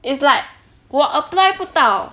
it's like 我 apply 不到